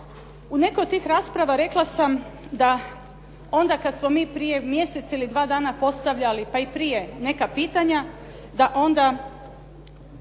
U nekoj od tih rasprava rekla sam da onda kad smo mi prije mjesec ili dva dana postavljali, pa i prije, neka pitanja, da onda